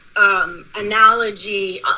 Analogy